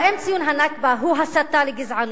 האם ציון ה"נכבה" הוא הסתה לגזענות?